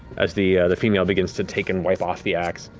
as the the female begins to take and wipe off the axe.